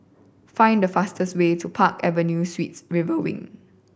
find the fastest way to Park Avenue Suites River Wing